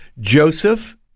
Joseph